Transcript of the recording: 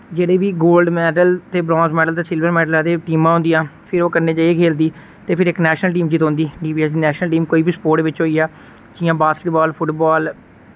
जेह्ड़े बी gold medal ते ब्रोंज मैडल ते सिल्वर मैडल आखदे टीमां होंदियां फिर ओह् कन्नै जाइयै खेलदी ते फिर इक नैशनल टीम जितोंदी डीपीएस दी नैशनल टीम कोई बी स्पोर्ट बिच होइया जि'यां बास्केटबाल फुटबाल